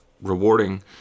rewarding